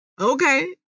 Okay